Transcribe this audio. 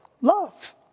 love